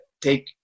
take